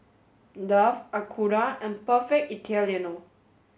Dove Acura and Perfect Italiano